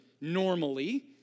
normally